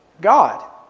God